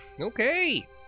Okay